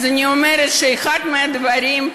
אז אני אומרת שאחד מהדברים,